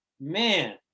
man